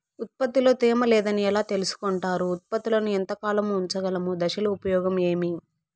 ఉత్పత్తి లో తేమ లేదని ఎలా తెలుసుకొంటారు ఉత్పత్తులను ఎంత కాలము ఉంచగలము దశలు ఉపయోగం ఏమి?